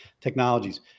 technologies